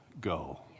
go